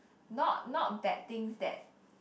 not not bad things that